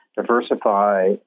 diversify